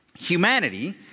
humanity